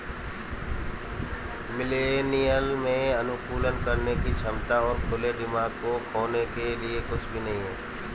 millennial में अनुकूलन करने की क्षमता और खुले दिमाग को खोने के लिए कुछ भी नहीं है